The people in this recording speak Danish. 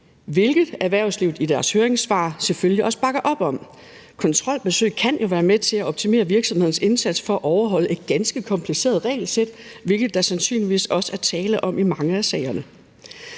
hvilket erhvervslivet i deres høringssvar selvfølgelig også bakker op om. Kontrolbesøg kan jo være med til at optimere virksomhedernes indsats for at overholde et ganske kompliceret regelsæt, hvilket der sandsynligvis også er tale om i mange af sagerne.